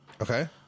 Okay